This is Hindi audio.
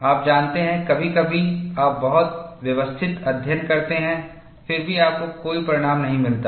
आप जानते हैं कभी कभी आप बहुत व्यवस्थित अध्ययन करते हैं फिर भी आपको कोई परिणाम नहीं मिलता है